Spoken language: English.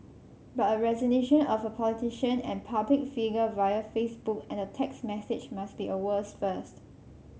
but a resignation of a politician and public figure via Facebook and a text message must be a world's first